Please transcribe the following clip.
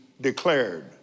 declared